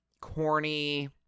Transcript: corny